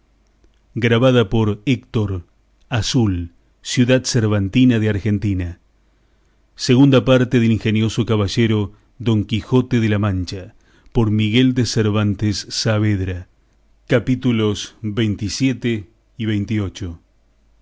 su majestad he visto este libro de la segunda parte del ingenioso caballero don quijote de la mancha por miguel de cervantes saavedra y